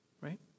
right